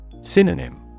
Synonym